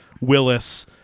Willis